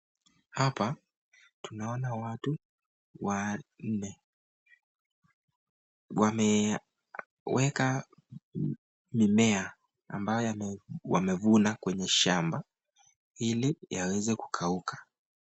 Hapa tunaona watu wame... wameweka mimea ambayo wamevuna kwenye shamba hili yaweze kukauka.